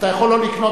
אתה יכול לא לקנות,